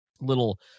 little